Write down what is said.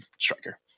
striker